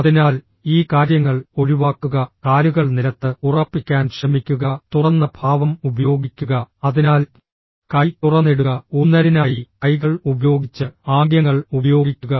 അതിനാൽ ഈ കാര്യങ്ങൾ ഒഴിവാക്കുക കാലുകൾ നിലത്ത് ഉറപ്പിക്കാൻ ശ്രമിക്കുക തുറന്ന ഭാവം ഉപയോഗിക്കുക അതിനാൽ കൈ തുറന്നിടുക ഊന്നലിനായി കൈകൾ ഉപയോഗിച്ച് ആംഗ്യങ്ങൾ ഉപയോഗിക്കുക